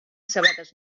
sabates